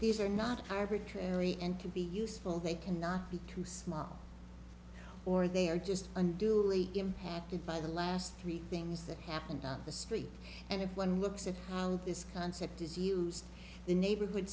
these are not arbitrary and can be useful they can not be too small or they are just unduly impacted by the last three things that happened on the street and if one looks at how this concept is used the neighborhood